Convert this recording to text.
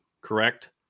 correct